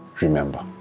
Remember